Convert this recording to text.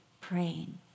praying